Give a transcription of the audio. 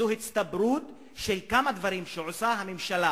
זו הצטברות של כמה דברים שעושה הממשלה